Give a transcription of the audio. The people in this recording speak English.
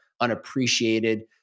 unappreciated